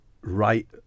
Right